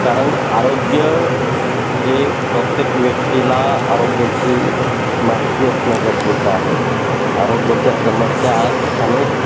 कारण आरोग्य हे प्रत्येक व्यक्तीला आरोग्याची माहिती असणं गरजेचं आहे आरोग्याच्या समस्या आज अनेक